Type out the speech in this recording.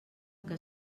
que